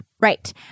Right